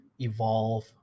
evolve